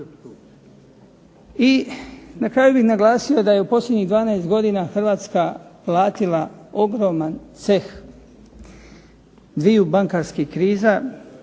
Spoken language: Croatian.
Hrvatska platila ogroman ceh 2 bankarskih kriza,